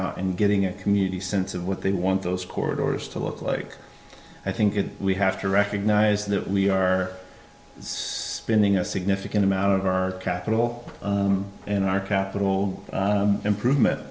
out and getting a community sense of what they want those court orders to look like i think it we have to recognize that we are spending a significant amount of our capital in our capital improvement